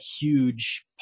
huge